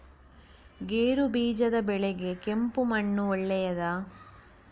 ಗೇರುಬೀಜದ ಬೆಳೆಗೆ ಕೆಂಪು ಮಣ್ಣು ಒಳ್ಳೆಯದಾ?